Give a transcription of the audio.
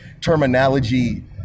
terminology